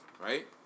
Right